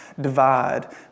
divide